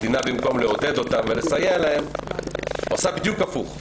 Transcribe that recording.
במקום לעודד אותם ולסייע להם המדינה עושה בדיוק להיפך,